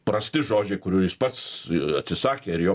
prasti žodžiai kurių jis pats atsisakė ir jo